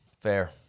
Fair